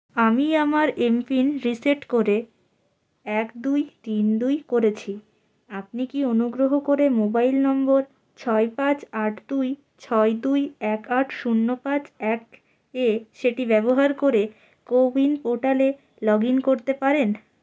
আমি আমার MPIN reset করে এক দুই তিন দুই করেছি আপনি কি অনুগ্রহ করে মোবাইল নম্বর ছয় পাঁচ আট দুই ছয় দুই এক আট শূন্য পাঁচ এক এ সেটি ব্যবহার করে কো উইন পোর্টালে লগ ইন করতে পারেন